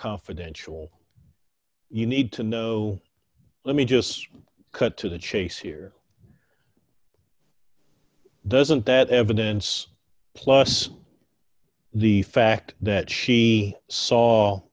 confidential you need to know let me just cut to the chase here doesn't that evidence plus the fact that she